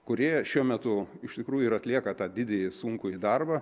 kurie šiuo metu iš tikrųjų ir atlieka tą didįjį sunkųjį darbą